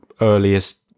earliest